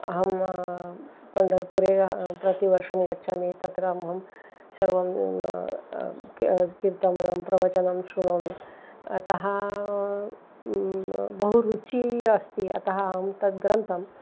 अहं पण्डर्पुरे प्रतिवर्षं गच्छामि तत्र अहं सर्वं कीर्तनम् मन्त्रप्रवचनं श्रुणोमि अतः बहु रुचिः अस्ति अतः अहं तद्ग्रन्थम्